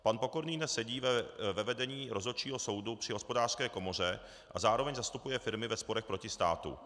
Pan Pokorný dnes sedí ve vedení Rozhodčího soudu při Hospodářské komoře a zároveň zastupuje firmy ve sporech proti státu.